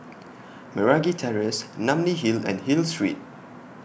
Meragi Terrace Namly Hill and Hill Street